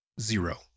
zero